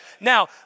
Now